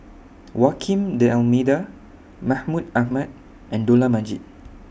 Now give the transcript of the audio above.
Almeida Mahmud Ahmad and Dollah Majid